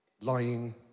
lying